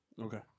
Okay